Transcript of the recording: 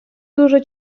дуже